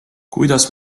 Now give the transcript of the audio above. kuidas